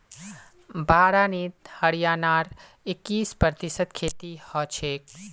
बारानीत हरियाणार इक्कीस प्रतिशत खेती हछेक